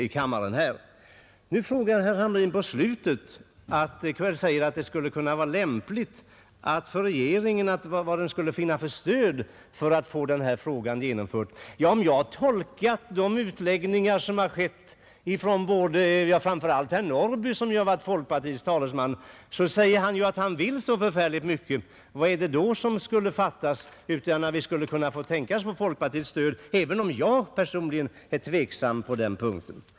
I slutet av sitt inlägg tog herr Hamrin upp frågan, var regeringen skulle kunna finna stöd för att få ett förslag i denna fråga genomfört. Om jag rätt uppfattade framför allt de utläggningar som gjordes av herr Norrby i Åkersberga, vilken ju varit folkpartiets talesman, sade han att han vill så förfärligt mycket. Även om jag personligen är tveksam på den punkten, undrar jag vad som i så fall fattas för att vi skall få folkpartiets stöd.